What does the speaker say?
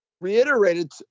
reiterated